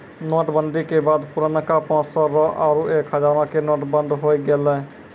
note बंदी के बाद पुरनका पांच सौ रो आरु एक हजारो के नोट बंद होय गेलै